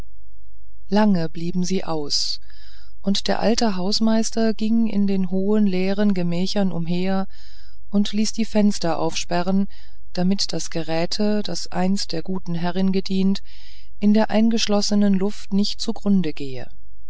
lange blieben sie aus und der alte hausmeister ging in den hohen leeren gemächern umher und ließ die fenster aufsperren damit das geräte das einst der guten herrin gedient in der eingeschlossenen luft nicht zugrunde gehe